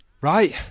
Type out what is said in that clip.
Right